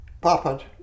Papa